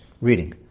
reading